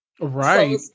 right